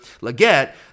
Leggett